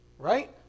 right